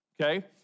okay